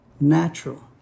natural